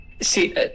see